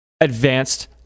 advanced